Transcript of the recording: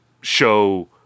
show